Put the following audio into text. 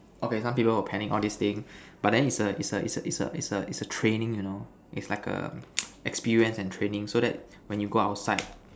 okay some people will panic all this thing but then is a is a is a is a is a training you know it's like a experience and training so that when you go outside